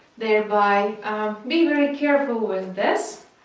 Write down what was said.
thereby be very careful with this.